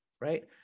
right